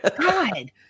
God